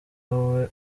wowe